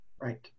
Right